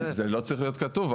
זה לא צריך להיות כתוב,